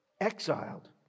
Exiled